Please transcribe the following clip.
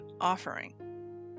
offering